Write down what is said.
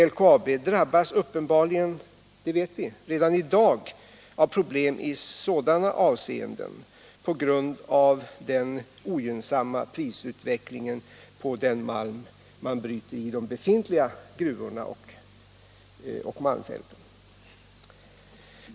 LKAB drabbas uppenbarligen — det vet vi — redan i dag av problem i sådana avseenden på grund av den ogynnsamma prisutvecklingen på den malm man bryter i de befintliga gruvorna och malmfälten.